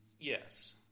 yes